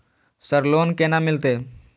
Sir loan केना मिलते?